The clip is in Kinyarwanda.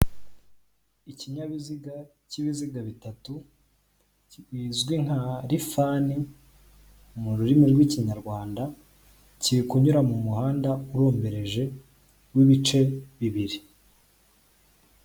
Ikinyabiziga cy'ibiziga bitatu bizwi nka lifani mu rurimi rw'ikinyarwanda, kiri kunyura mu muhanda urombereje w'ibice bibiri.